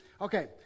okay